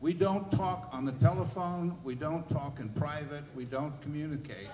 we don't talk on the telephone we don't talk in private we don't communicate